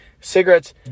Cigarettes